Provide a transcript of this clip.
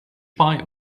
pie